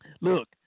Look